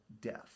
death